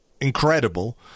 incredible